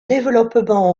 développements